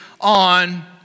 on